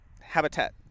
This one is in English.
habitat